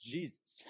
Jesus